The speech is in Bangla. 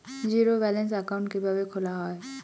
জিরো ব্যালেন্স একাউন্ট কিভাবে খোলা হয়?